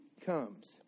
comes